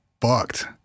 fucked